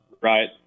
Right